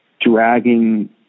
dragging